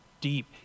deep